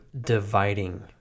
dividing